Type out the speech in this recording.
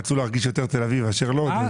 רצו להרגיש יותר תל אביב מאשר לוד.